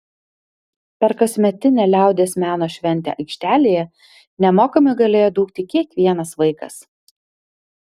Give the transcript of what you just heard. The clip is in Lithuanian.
per kasmetinę liaudies meno šventę aikštelėje nemokamai galėjo dūkti kiekvienas vaikas